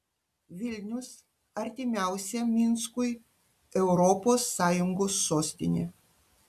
vilnius artimiausia minskui europos sąjungos sostinė